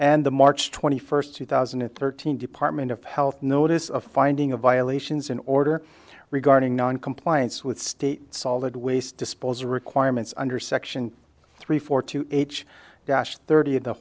and the march twenty first two thousand and thirteen department of health notice of finding of violations in order regarding noncompliance with state solid waste disposal requirements under section three four two gosh thirty